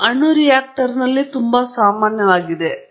ಇದು ಅಣು ರಿಯಾಕ್ಟರುಗಳಲ್ಲಿ ತುಂಬಾ ಸಾಮಾನ್ಯವಾಗಿದೆ